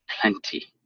plenty